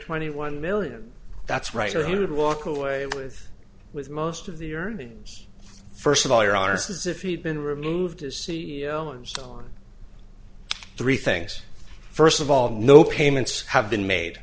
twenty one million that's right so he would walk away with with most of the earnings first of all your audiences if he had been removed as c e o and so on three things first of all no payments have been made